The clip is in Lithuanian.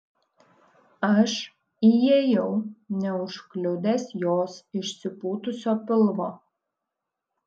aš įėjau neužkliudęs jos išsipūtusio pilvo